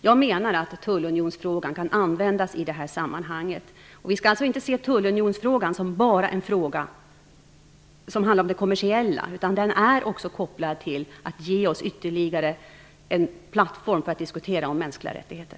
Jag menar att tullunionsfrågan kan användas i sammanhanget. Vi skall alltså inte se frågan om en tullunion som bara en fråga som handlar om det kommersiella. Den är också kopplad till att ge oss ytterligare en plattform för att diskutera om mänskliga rättigheter.